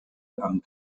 amb